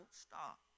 stop